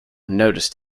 noticed